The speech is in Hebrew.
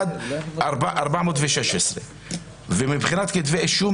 זה תופעות יומיומיות,